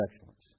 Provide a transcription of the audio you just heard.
excellence